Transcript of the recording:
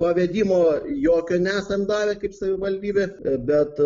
pavedimo jokio nesam davę kaip savivaldybės bet